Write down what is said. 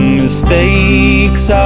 mistakes